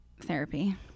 therapy